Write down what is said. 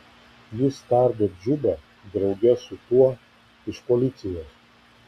jis tardo džubą drauge su tuo iš policijos